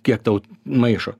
kiek tau maišo